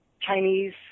Chinese